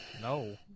No